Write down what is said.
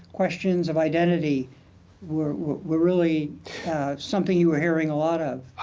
questions of identity were were really something you were hearing a lot of.